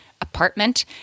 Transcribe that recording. apartment